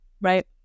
Right